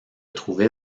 trouvait